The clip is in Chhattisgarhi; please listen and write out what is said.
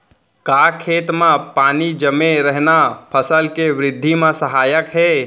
का खेत म पानी जमे रहना फसल के वृद्धि म सहायक हे?